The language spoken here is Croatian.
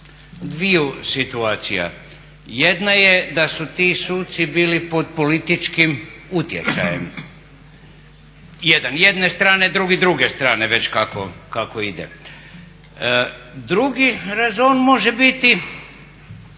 dvije situacija. Jedna je da su ti suci bili pod političkim utjecajem, jedan jedne strane drugi druge strane, već kako ide. Drugi rezon može biti